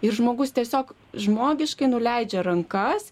ir žmogus tiesiog žmogiškai nuleidžia rankas